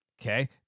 Okay